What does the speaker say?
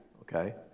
okay